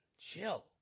Chill